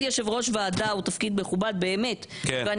אופיר,